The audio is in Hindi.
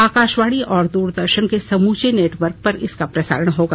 आकाशवाणी और दूरदर्शन के समूचे नेटवर्क पर इसका प्रसारण होगा